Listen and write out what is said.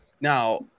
Now